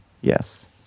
Yes